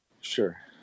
Sure